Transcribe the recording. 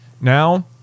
now